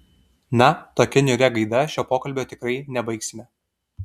na tokia niūria gaida šio pokalbio tikrai nebaigsime